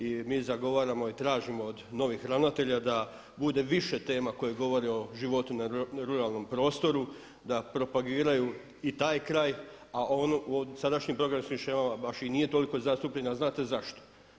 I mi zagovaramo i tražimo od novih ravnatelja da bude više tema koje govore o životu na ruralnom prostoru, da propagiraju i taj kraj a ono, sadašnji programi u svim shemama baš i nije toliko zastupljen, a znate zašto?